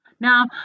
Now